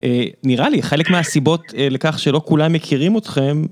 נראה לי חלק מהסיבות לכך שלא כולם מכירים אותכם.